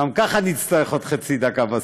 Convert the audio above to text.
גם ככה אני אצטרך עוד חצי דקה בסוף.